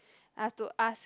I have to ask